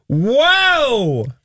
Whoa